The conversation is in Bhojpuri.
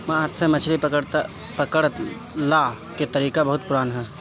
हाथ से मछरी पकड़ला के तरीका बहुते पुरान ह